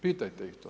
Pitajte ih to.